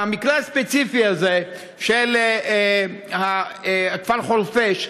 במקרה הספציפי הזה של הכפר חורפיש,